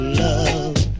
love